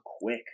quick